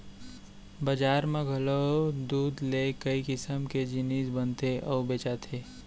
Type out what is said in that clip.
बजार म घलौ दूद ले कई किसम के जिनिस बनथे अउ बेचाथे